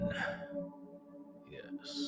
yes